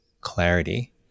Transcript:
clarity